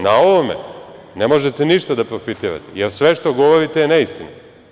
Na ovome ne možete ništa da profitirate, jer sve što govorite je neistina.